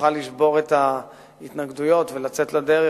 נוכל לשבור את ההתנגדויות ולצאת לדרך